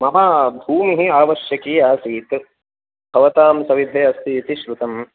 मम भूमिः आवश्यकी आसीत् भवतां सविधे अस्तीति श्रुतं